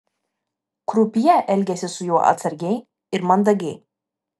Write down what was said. krupjė elgėsi su juo atsargiai ir mandagiai